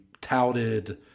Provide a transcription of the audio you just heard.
touted